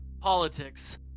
politics